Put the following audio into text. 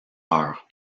heure